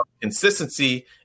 Consistency